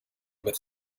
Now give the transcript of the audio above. with